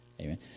Amen